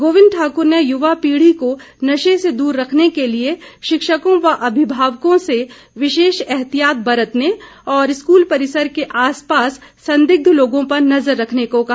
गोबिंद ठाकुर ने युवा पीढ़ी को नशे से दूर रखने के लिए शिक्षकों व अभिभावकों से विशेष एहतियात बरतने और स्कूल परिसर के आसपास संदिग्ध लोगों पर नज़र रखने को कहा